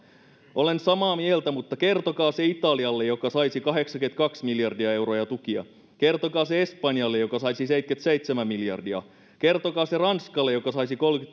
olen samaa mieltä mutta kertokaa se italialle joka saisi kahdeksankymmentäkaksi miljardia euroa tukia kertokaa se espanjalle joka saisi seitsemänkymmentäseitsemän miljardia kertokaa se ranskalle joka saisi